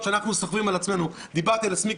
שאנחנו סוחבים על עצמנו דיברתי על עצמי,